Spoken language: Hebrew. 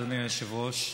אדוני היושב-ראש,